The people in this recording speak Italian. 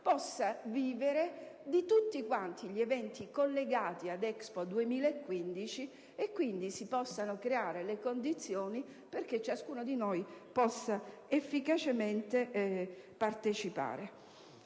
possa vivere di tutti quanti gli eventi collegati alla manifestazione, e quindi si possano creare le condizioni perché ciascuno di noi possa efficacemente partecipare.